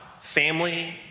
family